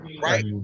right